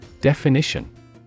Definition